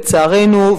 לצערנו,